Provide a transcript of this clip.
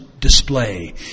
display